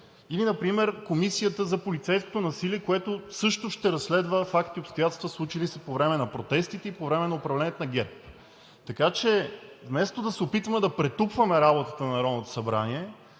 или например комисията за полицейското насилие, което също ще разследва факти и обстоятелства, случили се по време на протестите и по времето на управлението на ГЕРБ. Така че вместо да се опитваме да претупваме работата на Народното събрание,